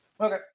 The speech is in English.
Okay